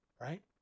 right